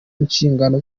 inshingano